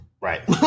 Right